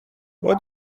what